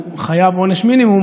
הוא חייב עונש מינימום,